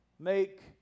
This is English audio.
Make